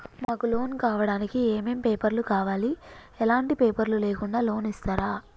మాకు లోన్ కావడానికి ఏమేం పేపర్లు కావాలి ఎలాంటి పేపర్లు లేకుండా లోన్ ఇస్తరా?